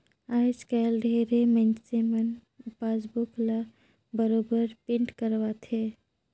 आयज कायल ढेरे मइनसे मन पासबुक ल बरोबर पिंट करवाथे